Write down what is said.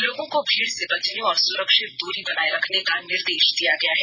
लोगों को भीड़ से बचने और सुरक्षित दूरी बनाये रखने का निर्देश दिया गया है